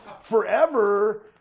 forever